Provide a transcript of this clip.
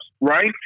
right